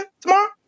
tomorrow